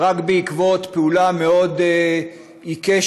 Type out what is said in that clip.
שרק בעקבות פעולה מאוד עיקשת,